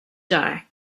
die